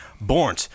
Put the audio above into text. Born